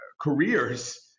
Careers